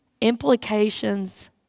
implications